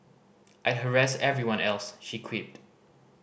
I'd harass everyone else she quipped